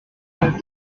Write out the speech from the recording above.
couleur